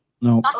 No